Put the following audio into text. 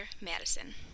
Madison